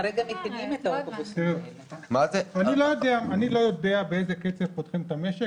אני לא יודע באיזה קצב פותחים את המשק